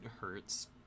hurts